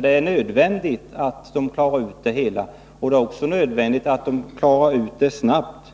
Det är nödvändigt, liksom också att de gör det snabbt,